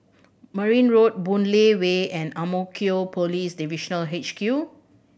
Merryn Road Boon Lay Way and Ang Mo Kio Police Divisional H Q